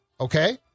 okay